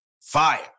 Fire